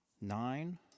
nine